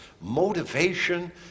motivation